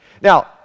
Now